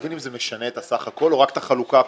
זה משנה את הסך הכול או רק את החלוקה הפנימית?